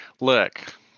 Look